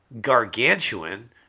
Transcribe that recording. gargantuan